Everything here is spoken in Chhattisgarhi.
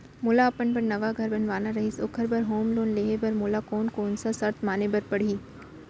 मोला अपन बर नवा घर बनवाना रहिस ओखर बर होम लोन लेहे बर मोला कोन कोन सा शर्त माने बर पड़ही?